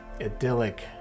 idyllic